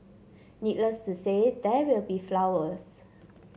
needless to say there will be flowers